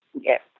Yes